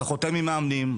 אתה חותם עם מאמנים,